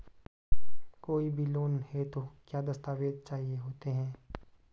कोई भी लोन हेतु क्या दस्तावेज़ चाहिए होते हैं?